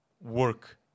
work